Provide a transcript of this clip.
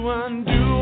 undo